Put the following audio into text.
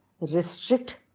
restrict